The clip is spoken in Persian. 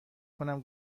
کنم